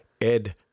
Ed